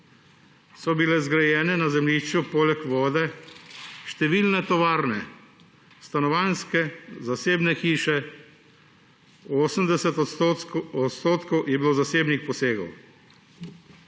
so bile zgrajene na zemljišču poleg vode številne tovarne, stanovanjske zasebne hiše, 80 % je bilo zasebnih posegov.